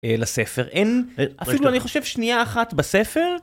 לספר אין אפילו אני חושב שנייה אחת בספר.